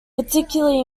particularly